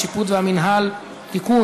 השיפוט והמינהל) (תיקון,